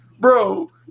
Bro